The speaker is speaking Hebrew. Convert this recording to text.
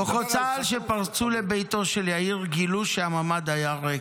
כוחות צה"ל שפרצו לביתו של יאיר גילו שהממ"ד היה ריק.